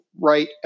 right